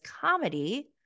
comedy